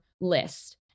list